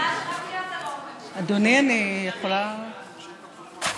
אדוני, אני יכולה?